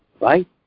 right